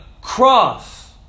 cross